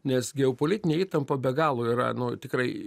nes geopolitinė įtampa be galo yra nu tikrai